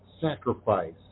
sacrifice